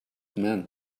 meant